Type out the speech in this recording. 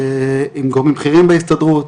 עם גורמים בכירים בהסתדרות,